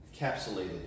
encapsulated